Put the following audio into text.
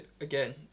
again